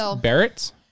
barrett